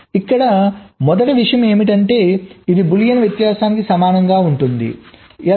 ఇక్కడ మొదటి విషయం ఏమిటంటే ఇది బూలియన్ వ్యత్యాసానికి సమానంగా ఉంటుంది ఎలా